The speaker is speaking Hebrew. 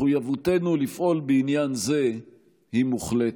מחויבותנו לפעול בעניין זה היא מוחלטת.